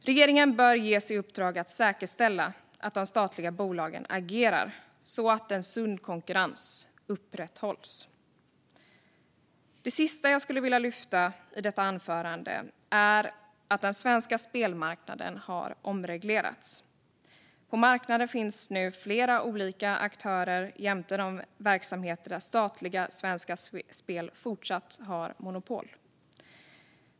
Regeringen bör ges i uppdrag att säkerställa att de statliga bolagen agerar så att en sund konkurrens upprätthålls. Det sista jag skulle vilja ta upp i detta anförande är att den svenska spelmarknaden har omreglerats. På marknaden finns nu flera olika aktörer jämte de verksamheter där statliga Svenska Spel även fortsatt har monopol.